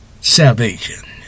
salvation